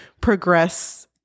progress